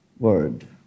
word